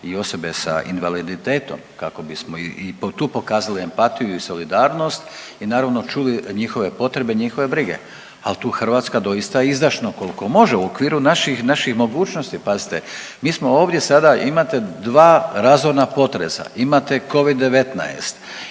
i osobe s invaliditetom kako bismo i tu pokazali empatiju i solidarnost i naravno, čuli njihove potrebe i njihove brige. Ali, tu Hrvatska doista izdašno, koliko može u okviru naših mogućnosti, pazite, mi smo ovdje sada imate dva razorna potresa, imate Covid-19,